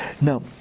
Now